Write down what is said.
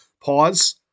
pause